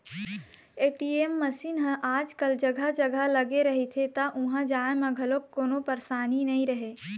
ATM machine ह आजकल जघा जघा लगे रहिथे त उहाँ जाए म घलोक कोनो परसानी नइ रहय